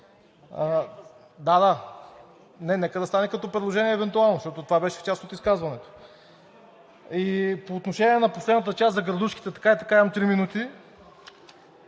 Не, нека да стане като предложение евентуално, защото това беше в част от изказването. По отношение на последната част за градушките, така и така имам три минути,